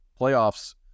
playoffs